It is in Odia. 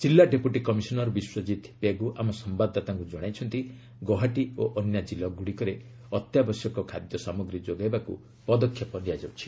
ଜିଲ୍ଲା ଡେପୁଟି କମିଶନର ବିଶ୍ୱଜିତ୍ ପେଗୁ ଆମ ସମ୍ଭାଦଦାତାକୁ ଜଣାଇଛନ୍ତି ଗୌହାଟୀ ଓ ଅନ୍ୟ ଜିଲ୍ଲାଗୁଡିକରେ ଅତ୍ୟାବଶ୍ୟକ ଖାଦ୍ୟ ସାମଗ୍ରୀ ଯୋଗାଇବାକ୍ ପଦକ୍ଷେପ ନିଆଯାଉଛି